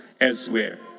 elsewhere